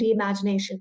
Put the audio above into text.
reimagination